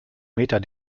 meter